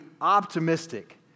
optimistic